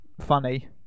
funny